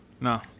no